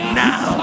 now